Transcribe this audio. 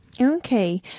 Okay